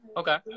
okay